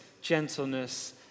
gentleness